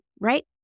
right